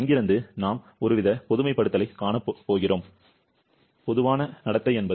அங்கிருந்து நாம் ஒருவித பொதுமைப்படுத்தலைக் காணப் போகிறோம் பொதுவான நடத்தை என்பது